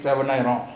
seven ஆயிரும்:aayerum